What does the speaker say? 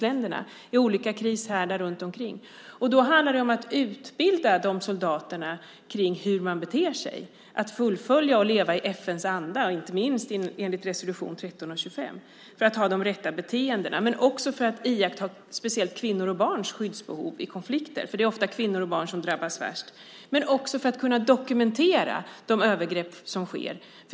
Många av dem kommer från utvecklingsländerna. Det handlar om att utbilda de soldaterna i hur man beter sig och hur man lever i FN:s anda, och inte minst enligt resolution 1325. Det handlar också om att iaktta speciellt kvinnors och barns skyddsbehov i konflikter. Det är oftast kvinnor och barn som drabbas värst. Men detta behövs också för att man ska kunna dokumentera de övergrepp som sker.